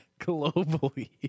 Globally